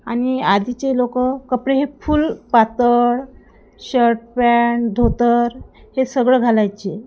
आणि आधीचे लोक कपडे हे फुल पातळ शर्ट पँन्ट धोतर हे सगळं घालायचे